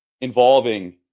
involving